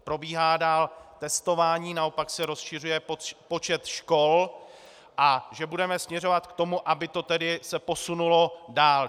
Probíhá dál testování, naopak se rozšiřuje počet škol, a že budeme směřovat k tomu, aby to tedy se posunulo dál.